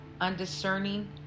undiscerning